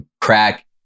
crack